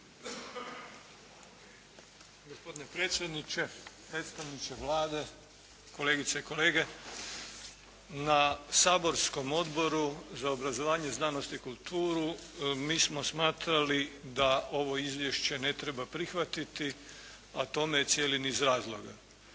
Gospodine predsjedniče, predstavniče Vlade, kolegice i kolege. Na saborskom Odboru za obrazovanje, znanost i kulturu mi smo smatrali da ovo izvješće ne treba prihvatiti, a tome je cijeli niz razloga.